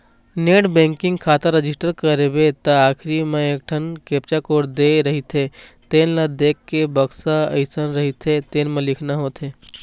net banking खाता register करबे त आखरी म एकठन कैप्चा कोड दे रहिथे तेन ल देखके बक्सा असन रहिथे तेन म लिखना होथे